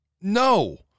no